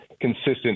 consistent